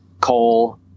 coal